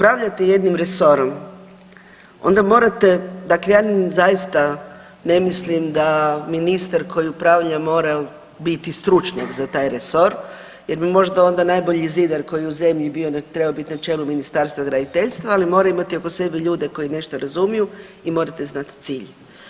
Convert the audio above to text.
Kad upravljate jednim resorom onda morate, dakle ja zaista ne mislim da ministar koji upravlja mora biti stručnjak za taj resor jer bi možda onda najbolji zidar koji je u zemlji bio trebao biti na čelu Ministarstva graditeljstva, ali mora imati oko sebe ljude koji nešto razumiju i morate znat cilj.